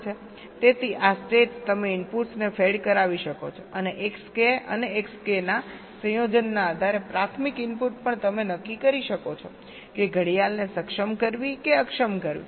તેથી આ સ્ટેટ્સ તમે ઇનપુટ્સને ફેડ કરાવી શકો છો અને Xk અને Xk ના સંયોજનના આધારે પ્રાથમિક ઇનપુટ પણ તમે નક્કી કરી શકો છો કે ઘડિયાળને સક્ષમ કરવી કે અક્ષમ કરવી